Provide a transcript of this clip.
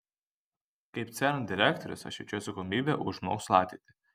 kaip cern direktorius aš jaučiu atsakomybę už mokslo ateitį